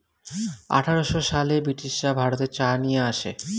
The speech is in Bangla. আঠারোশো সালে ব্রিটিশরা ভারতে চা নিয়ে আসে